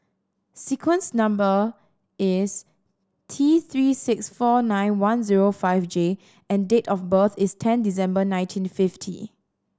sequence number is T Three six four nine one zero five J and date of birth is ten December nineteen fifty